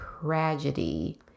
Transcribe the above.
tragedy